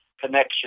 connection